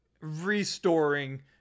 restoring